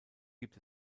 gibt